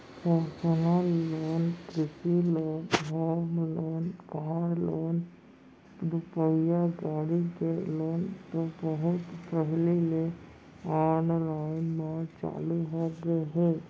personal loan, कृषि loan, home loan, car loan, दुपहिया गाड़ी के लोन तो बहुत पहिली ले आनलाइन म चालू होगे हे